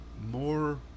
more